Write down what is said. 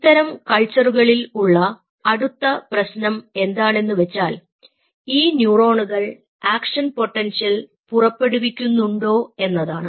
ഇത്തരം കൾച്ചറുകളിൽ ഉള്ള അടുത്ത പ്രശ്നം എന്താണെന്ന് വെച്ചാൽ ഈ ന്യൂറോണുകൾ ആക്ഷൻ പൊട്ടൻഷ്യൽ പുറപ്പെടുവിക്കുന്നുണ്ടോ എന്നതാണ്